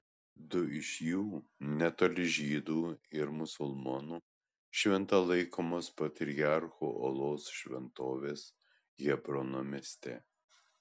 du iš jų netoli žydų ir musulmonų šventa laikomos patriarchų olos šventovės hebrono mieste